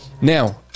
now